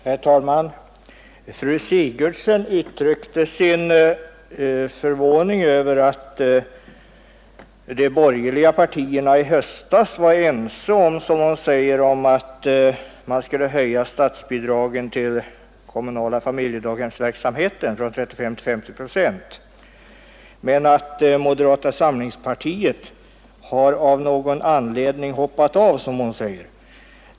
Herr talman! Fru Sigurdsen uttryckte sin förvåning över att de borgerliga partierna i höstas var ense om att man skulle höja statsbidragen till den kommunala familjedaghemsverksamheten från 35 till 50 procent men att moderata samlingspartiet av någon anledning har hoppat av, som hon säger.